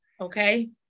okay